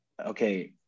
okay